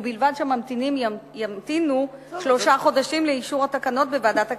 ובלבד שהמציעים ימתינו שלושה חודשים לאישור התקנות בוועדת הכלכלה.